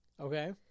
Okay